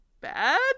bad